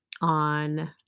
on